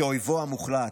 כאויבו המוחלט.